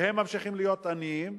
והם ממשיכים להיות עניים,